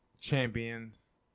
champions